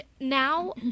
now